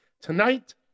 Tonight